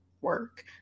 work